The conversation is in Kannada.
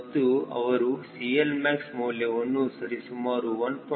ಮತ್ತು ಅವರು CLmax ಮೌಲ್ಯವನ್ನು ಸರಿಸುಮಾರು 1